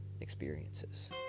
experiences